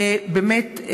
באמת,